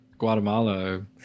guatemala